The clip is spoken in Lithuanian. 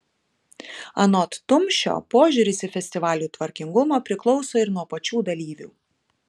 anot tumšio požiūris į festivalių tvarkingumą priklauso ir nuo pačių dalyvių